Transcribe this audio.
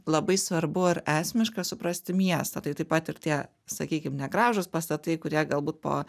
labai svarbu ar esmiška suprasti miestą tai taip pat ir tie sakykim ne gražūs pastatai kurie galbūt po